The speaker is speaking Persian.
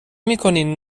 میکنین